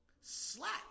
Slap